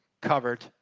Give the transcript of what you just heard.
covered